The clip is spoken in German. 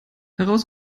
heraus